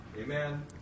Amen